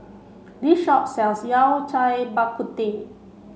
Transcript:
this shop sells Yao Cai Bak Kut Teh